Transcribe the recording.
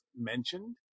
mentioned